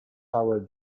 hour